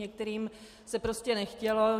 Některým se prostě nechtělo.